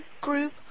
group